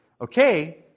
okay